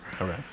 Okay